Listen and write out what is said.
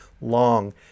long